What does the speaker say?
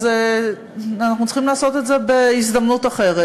אז אנחנו צריכים לעשות את זה בהזדמנות אחרת.